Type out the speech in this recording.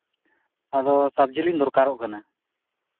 ᱟᱫᱚ ᱥᱚᱵᱽᱡᱤ ᱞᱤᱧ ᱫᱚᱨᱠᱟᱨᱚᱜ ᱠᱟᱱᱟ